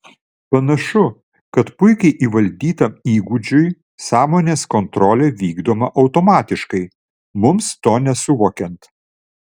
panašu kad puikiai įvaldytam įgūdžiui sąmonės kontrolė vykdoma automatiškai mums to nesuvokiant